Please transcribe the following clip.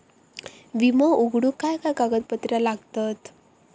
विमो उघडूक काय काय कागदपत्र लागतत?